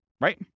Right